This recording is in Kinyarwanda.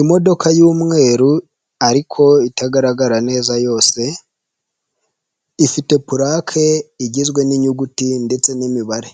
Imodoka ymweru ariko itagaragara neza yose, ifite pulake igizwe n'inyuguti ndetse n'imibare,